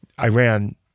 Iran